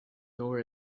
nor